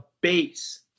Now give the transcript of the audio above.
base